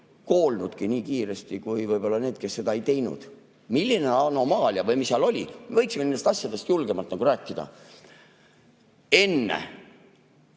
koolnudki nii kiiresti kui paljud need, kes seda ei teinud. Milline anomaalia või mis seal oli – me võiksime nendest asjadest julgemalt rääkida. Enne